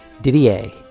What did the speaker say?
didier